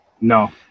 No